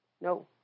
No